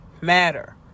matter